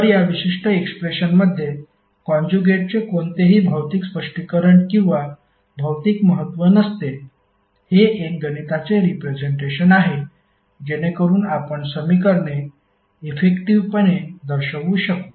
तर या विशिष्ट एक्सप्रेशनमध्ये कॉन्जुगेटचे कोणतेही भौतिक स्पष्टीकरण किंवा भौतिक महत्त्व नसते हे एक गणिताचे रिप्रेझेंटेशन आहे जेणेकरुन आपण समीकरणे इफेक्टिव्हपणे दर्शवू शकू